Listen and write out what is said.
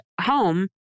home